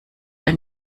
ein